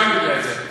גם הוא יודע את זה.